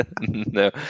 No